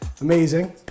Amazing